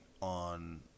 on